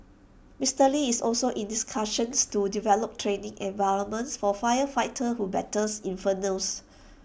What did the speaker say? Mister lee is also in discussions to develop training environments for firefighters who battles infernos